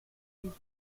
leave